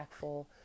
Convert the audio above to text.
impactful